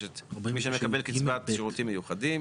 יש קצבת שירותים מיוחדים,